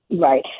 right